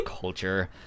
culture